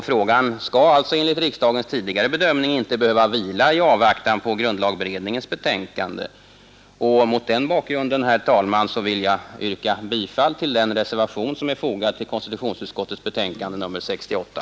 Frågan skall alltså enligt riksdagens tidigare bedömning inte behöva vila i avvaktan på grundlagberedningens betänkande. Mot den bakgrunden, herr talman, vill jag yrka bifall till den reservation som är fogad vid konstitutionsutskottets betänkande nr 68.